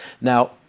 Now